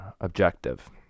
objective